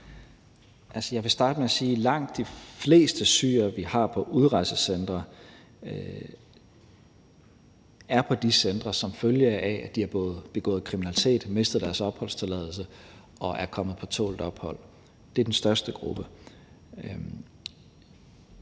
jeg vil starte med at sige, at langt de fleste syrere, vi har på udrejsecentre, er på de centre, som følge af at de har begået kriminalitet og har mistet deres opholdstilladelse og er kommet på tålt ophold. Det er den største gruppe.